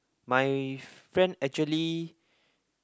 my friend actually